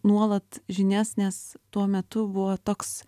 nuolat žinias nes tuo metu buvo toks